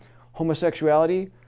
homosexuality